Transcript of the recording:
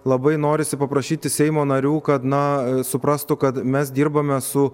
labai norisi paprašyti seimo narių kad na suprastų kad mes dirbame su